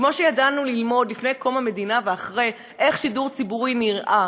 כמו שידענו ללמוד לפני קום המדינה ואחרי איך שידור ציבורי נראה,